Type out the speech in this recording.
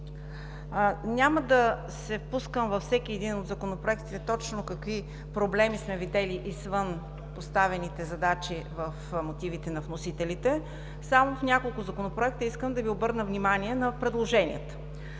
Няма да се впускам във всеки един от законопроектите точно какви проблеми сме видели извън поставените задачи в мотивите на вносителите, искам само да Ви обърна внимание на предложенията